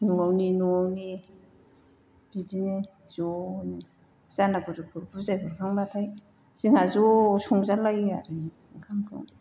न'नि न'नि बिदिनो ज'नो जानागुरुफोर बुजायहरखांबाथाय जोंहा ज' संजालायो आरो ओंखामखौ